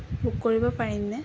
book কৰিব পাৰিমনে